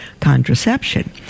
contraception